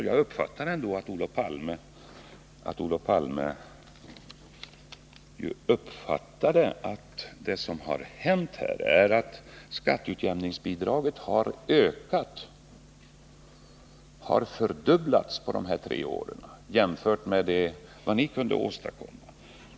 Jag uppfattade det ändå som att Olof Palme förstod att det som har hänt är att skatteutjämningsbidraget har fördubblats på dessa tre år jämfört med vad ni kunde åstadkomma.